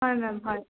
হয় মেম হয়